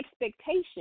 expectation